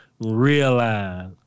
realize